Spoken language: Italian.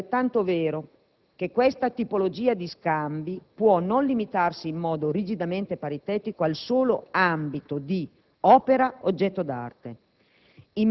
è altrettanto vero che questa tipologia di scambi può non limitarsi in modo rigidamente paritetico al solo ambito di «opera/oggetto d'arte».